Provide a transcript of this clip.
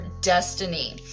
destiny